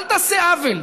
אל תעשה עוול.